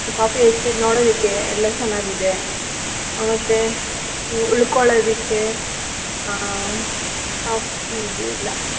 coffee estate ನೋಡೋದಕ್ಕೆ ಎಲ್ಲ ಚೆನ್ನಾಗಿದೆ ಹಾಂ ಮತ್ತು ಉಳ್ಕೊಳೋದಕ್ಕೆ